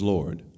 Lord